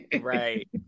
right